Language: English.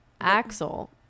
Axel